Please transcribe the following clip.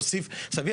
תומר,